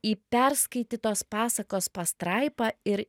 į perskaitytos pasakos pastraipą ir